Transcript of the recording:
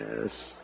Yes